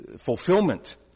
fulfillment